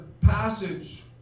passage